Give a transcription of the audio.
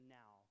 now